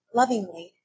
lovingly